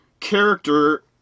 Character